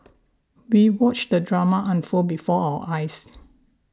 we watched the drama unfold before our eyes